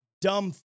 dumb